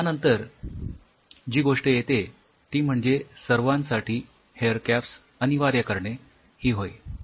यानंतर जी गोष्ट येते ती म्हणजे सर्वांसाठी हेअर कॅप्स अनिवार्य करणे ही होय